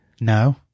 No